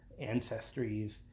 ancestries